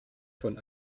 von